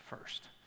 first